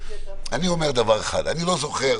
אני אומר דבר אחד: אני לא זוכר,